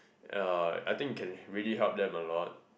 uh I think it can really help them a lot